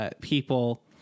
people